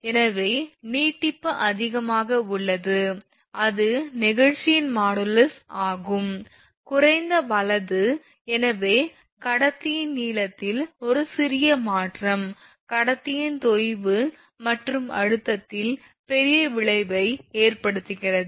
எனவே நீட்டிப்பு அதிகமாக உள்ளது அது நெகிழ்ச்சியின் மாடுலஸ் ஆகும் குறைந்த வலது எனவே கடத்தியின் நீளத்தில் ஒரு சிறிய மாற்றம் கடத்தியின் தொய்வு மற்றும் அழுத்தத்தில் பெரிய விளைவை ஏற்படுத்துகிறது